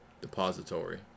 Depository